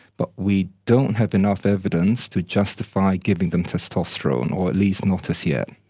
but we don't have enough evidence to justify giving them testosterone, or at least not as yet.